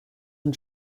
and